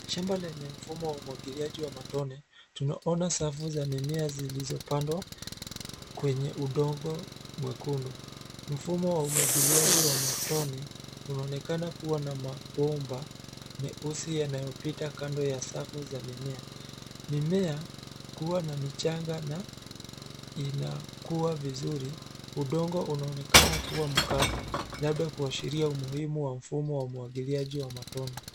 Shamba lenye mfumo wa umwagiliaji wa matone. Tunaona safu za mimea zilizopandwa kwenye udongo mwekundu. Mfumo wa umwagiliaji wa matone, unaonekana kuwa na mabomba meusi yanayopita kando ya safu za mimea. Mimea kuwa na michanga na inakuwa vizuri. Udongo unaonekana kuwa mkavu, labda kuashiria umuhimu wa mfumo wa umwagiliaji wa matone.